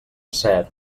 cert